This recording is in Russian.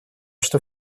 что